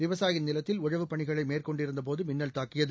விவசாயநிலத்தில் உழவுப் பணிகளைமேற்னெண்டிருந்தபோது மின்னல் தாக்கியது